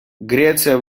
греция